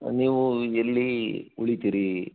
ನೀವು ಎಲ್ಲಿ ಉಳಿತಿರಿ